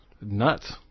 Nuts